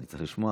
אני צריך לשמוע.